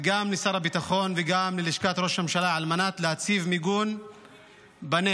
לשר הביטחון וללשכת ראש הממשלה על מנת להציב מיגון בנגב.